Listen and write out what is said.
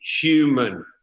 human